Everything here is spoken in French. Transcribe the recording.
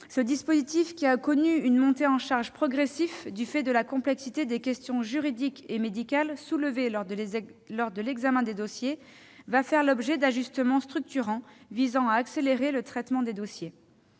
Ce dispositif a connu une montée en charge progressive du fait de la complexité des questions juridiques et médicales soulevées lors de l'examen des dossiers. Elle va faire l'objet d'ajustements structurels visant à accélérer le traitement des dossiers.